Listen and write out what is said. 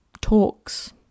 talks